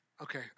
okay